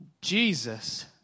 Jesus